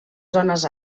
zones